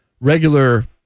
regular